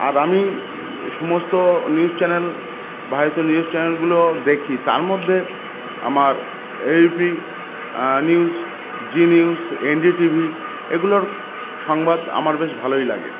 আর আমি সমস্ত news channel ভারতীয় নিউস চ্যানেলগুলো দেখি তার মধ্যে আমার ABP news Zee news NDTV এগুলোর সংবাদ আমার বেশ ভালোই লাগে